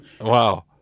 Wow